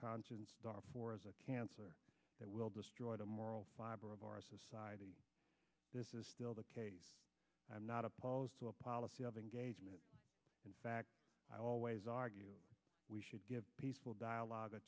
conscience dar for is a cancer that will destroy the moral fiber of our society this is still the case i'm not opposed to a policy of engagement in fact i always argue we should give peaceful dialogue a